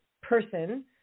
person